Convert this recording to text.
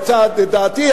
לדעתי,